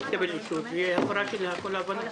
אם לא תקבל אישור זה יהיה הפרה של כל ההבנות.